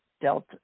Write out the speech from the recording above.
delta